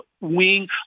wing